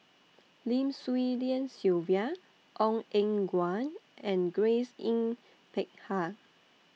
Lim Swee Lian Sylvia Ong Eng Guan and Grace Yin Peck Ha